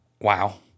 Wow